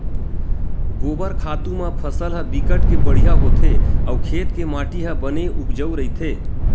गोबर खातू म फसल ह बिकट के बड़िहा होथे अउ खेत के माटी ह बने उपजउ रहिथे